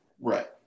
Right